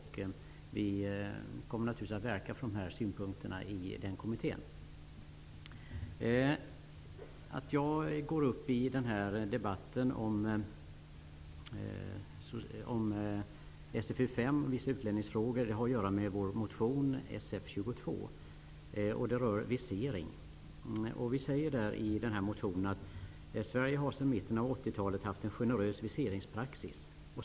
Där kommer vi naturligtvis att verka för dessa synpunkter. Att jag deltar i den här debatten om SfU5, vissa utlänningsfrågor, har att göra med vår motion Sf22. Den handlar om visering. I den skriver vi: ''Sverige har sedan mitten av 80-talet haft en generös viseringspraxis.